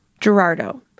Gerardo